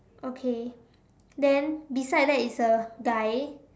okay then beside that is a guy